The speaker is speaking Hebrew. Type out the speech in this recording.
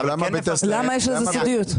למה יש על זה סודיות?